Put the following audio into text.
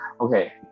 okay